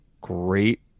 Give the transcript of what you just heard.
Great